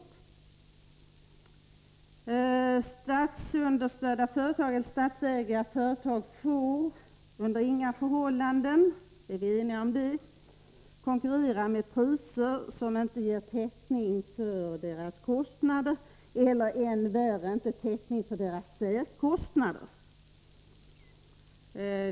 Är vi eniga om att statsunderstödda eller statsägda företag under inga förhållanden får konkurrera med priser som inte ger täckning för företagets kostnader eller, än värre, inte ger täckning för dess särkostnader?